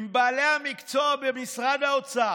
עם בעלי המקצוע במשרד האוצר,